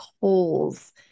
holes